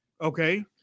Okay